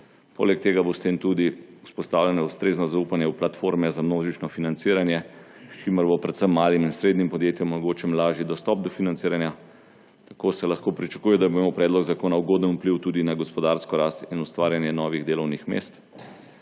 Poleg tega bo s tem tudi vzpostavljeno ustrezno zaupanje v platforme za množično financiranje, s čimer bo predvsem malim in srednjim podjetjem omogočen lažji dostop do financiranja. Tako se lahko pričakuje, da bo imel predlog zakona ugoden vpliv tudi na gospodarsko rast in ustvarjanje novih delovnih mest.